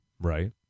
Right